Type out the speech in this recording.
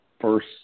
first